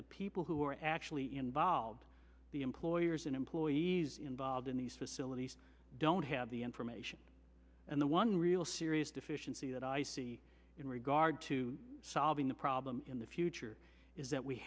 the people who are actually involved the employers and employees involved in these facilities don't have the information and the one real serious deficiency that i see in regard to solving the problem in the future is that we